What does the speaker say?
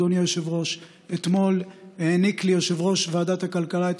אדוני היושב-ראש: אתמול העניק לי יושב-ראש ועדת הכלכלה את